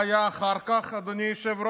מה היה אחר כך, אדוני היושב-ראש?